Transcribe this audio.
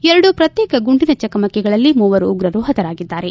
ಎರಡು ಪ್ರತ್ಯೇಕ ಗುಂಡಿನ ಚಕಮಕಿಗಳಲ್ಲಿ ಮೂವರು ಉಗ್ರರು ಪತರಾಗಿದ್ದಾರೆ